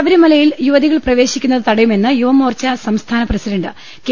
ശബരിമലയിൽ യുവതികൾ പ്രവേശിക്കുന്നത് തടയു മെന്ന് യുവമോർച്ച സംസ്ഥാന പ്രസിഡന്റ് കെ